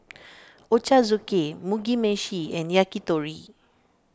Ochazuke Mugi Meshi and Yakitori